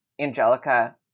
Angelica